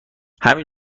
همین